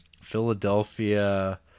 philadelphia